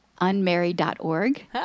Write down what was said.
unmarried.org